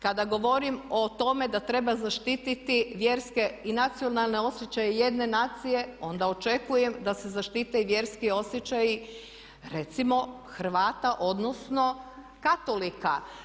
Kada govorim o tome da treba zaštititi vjerske i nacionalne osjećaje jedne nacije onda očekujem da se zaštite i vjerski osjećaji recimo Hrvata odnosno Katolika.